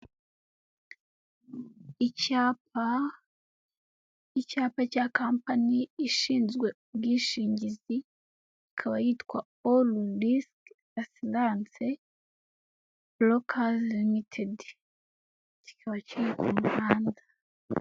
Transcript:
Icyapa cya kampaniy ishinzwe ubwishingizi ikaba yitwa allist aslance brokers ltd kikaba kiri ku muhanda.